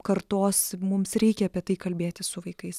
kartos mums reikia apie tai kalbėti su vaikais